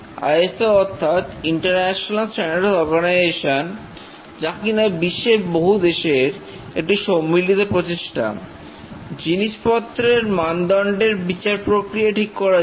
ISO অর্থাৎ International Standards Organization যা কিনা বিশ্বের বহু দেশের একটি সম্মিলিত প্রচেষ্টা জিনিসপত্রের মানদণ্ডের বিচারপ্রক্রিয়া ঠিক করার জন্য